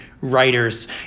writers